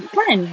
kan